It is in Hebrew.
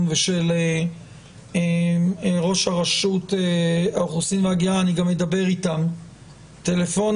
ושל ראש רשות האוכלוסין וההגירה ואני גם אדבר איתם טלפונית.